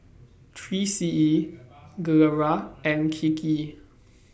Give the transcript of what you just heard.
three C E Gilera and Kiki